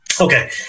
Okay